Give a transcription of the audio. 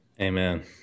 Amen